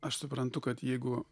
aš suprantu kad jeigu